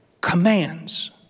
commands